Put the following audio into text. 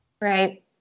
Right